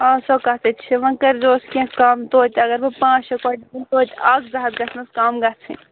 آ سۄ کَتھ ہَے چھِ وۅنۍ کٔرۍزیٚو کیٚنٛہہ کَم توتہِ اگر بہٕ پانٛژھ شےٚ کۄیِنٛٹل نِمہٕ توتہِ اَکھ زٕ ہَتھ گژھنَس کَم گژھٕنۍ